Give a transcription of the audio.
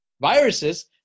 viruses